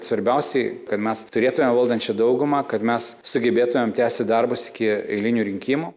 svarbiausiai kad mes turėtumėm valdančią daugumą kad mes sugebėtumėm tęsti darbus iki eilinių rinkimų